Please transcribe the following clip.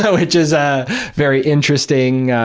which is a very interesting